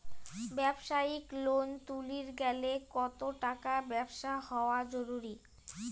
ব্যবসায়িক লোন তুলির গেলে কতো টাকার ব্যবসা হওয়া জরুরি?